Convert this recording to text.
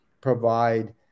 provide